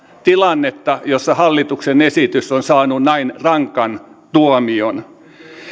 tilannetta jossa hallituksen esitys on saanut näin rankan tuomion